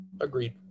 agreed